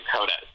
Coda